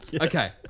Okay